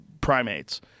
primates